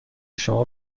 شما